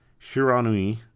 Shiranui